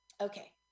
okay